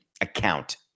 account